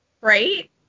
Right